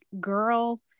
girl